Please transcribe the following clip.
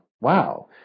Wow